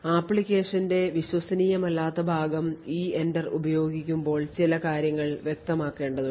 ആപ്ലിക്കേഷന്റെ വിശ്വസനീയമല്ലാത്ത ഭാഗം EENTER ഉപയോഗിക്കുമ്പോൾ ചില കാര്യങ്ങൾ വ്യക്തമാക്കേണ്ടതുണ്ട്